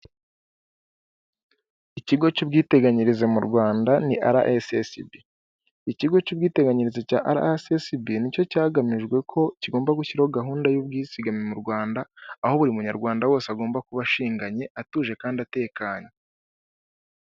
Ikigo cy'ubwiteganyirize mu Rwanda ni Ara Esesibi. Ikigo cy'ubwiteganyirize cya Ara Esesibi, ni cyo cyagamijwe ko kigomba gushyiraho gahunda y'ubwizigame mu Rwanda, aho buri munyarwanda wese agomba kuba ashinganye, atuje kandi atekanye.